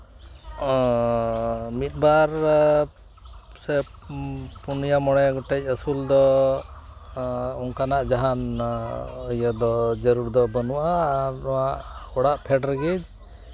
ᱢᱤᱫ ᱵᱟᱨ ᱥᱮ ᱯᱩᱱᱭᱟ ᱢᱚᱬᱮ ᱜᱚᱴᱮᱱ ᱟᱹᱥᱩᱞ ᱫᱚ ᱚᱱᱠᱟᱱᱟᱜ ᱡᱟᱦᱟᱱ ᱤᱭᱟᱹ ᱫᱚ ᱡᱟᱹᱨᱩᱲ ᱫᱚ ᱵᱟᱹᱱᱩᱜᱼᱟ ᱟᱨ ᱱᱚᱣᱟ ᱚᱲᱟᱜ ᱯᱷᱮᱰ ᱨᱮᱜᱮ